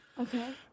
Okay